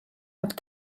have